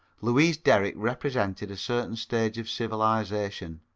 louise derrick represented a certain stage of civilisation,